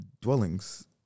dwellings